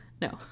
no